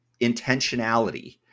intentionality